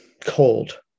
cold